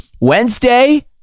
Wednesday